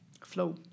flow